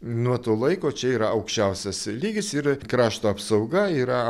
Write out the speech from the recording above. nuo to laiko čia yra aukščiausias lygis ir krašto apsauga yra